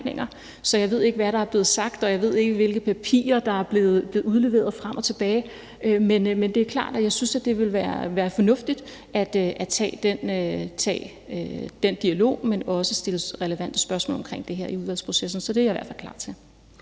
så jeg ved ikke, hvad der er blevet sagt, og jeg ved ikke, hvilke papirer der er blevet udleveret frem og tilbage. Men det er klart, at jeg synes, det vil være fornuftigt at tage den dialog, men også stille relevante spørgsmål omkring det her i udvalgsprocessen. Så det er jeg i hvert fald klar til.